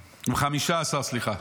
סליחה,